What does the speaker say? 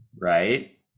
right